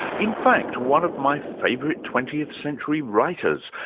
in fact one of my favourite twentieth century writers,